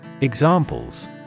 Examples